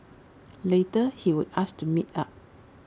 later he would ask to meet up